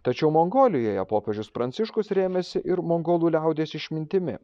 tačiau mongolijoje popiežius pranciškus rėmėsi ir mongolų liaudies išmintimi